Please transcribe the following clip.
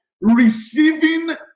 receiving